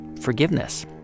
forgiveness